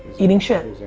eating shit. yeah.